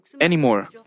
anymore